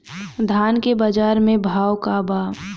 धान के बजार में भाव का बा